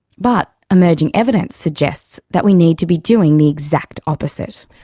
but emerging evidence suggests that we need to be doing the exact opposite.